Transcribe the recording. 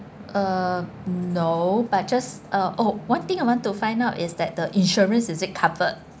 uh no but just uh oh one thing I want to find out is that the insurance is it covered